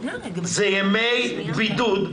אלה ימי בידוד,